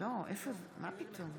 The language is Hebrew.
נגד אין עוד מישהו.